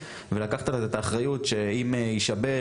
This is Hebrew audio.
ולקחת על זה את האחריות אם יישבר,